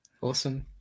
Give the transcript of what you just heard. Awesome